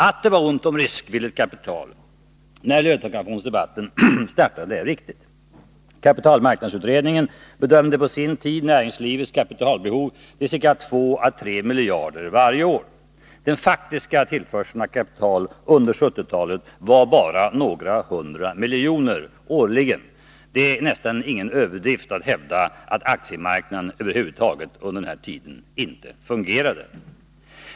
Att det var ont om riskvilligt kapital när löntagarfondsdebatten startade är riktigt. Kapitalmarknadsutredningen bedömde på sin tid näringslivets kapitalbehov till ca 2 å 3 miljarder varje år. Den faktiska tillförseln av kapital under 1970-talet var bara några hundra miljoner årligen. Det är nästan ingen överdrift att hävda att aktiemarknaden under den här tiden över huvud taget inte fungerade.